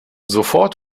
sofort